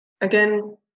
again